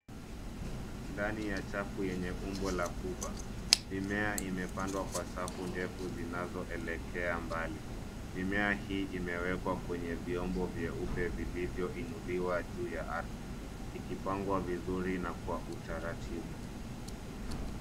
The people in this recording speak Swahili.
Ndani ya chafu lenye umbo la kuba mimea imepandwa kwa safu ndefu zinazo elekea mbali. Mimea hiii imewekwa kwenye vyombo vieupe vilivyo inuliwa juu ya arthi ikipangwa vizuri na kwa utaratibu.